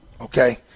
okay